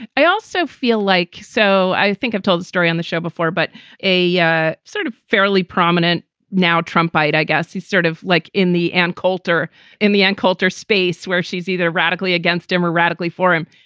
i also feel like so i think i've told the story on the show before, but a yeah sort of fairly prominent now trump by it, i guess he's sort of like in the ann coulter in the ann coulter space where she's either radically against him or radically for him.